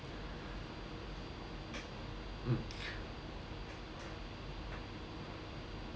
mm